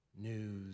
news